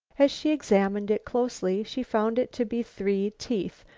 as she examined it closely, she found it to be three teeth,